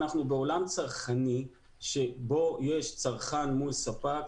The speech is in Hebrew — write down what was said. אנחנו בעולם צרכני שבו יש צרכן מול ספק,